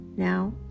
Now